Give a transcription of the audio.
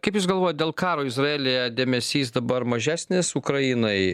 kaip jūs galvojat dėl karo izraelyje dėmesys dabar mažesnis ukrainai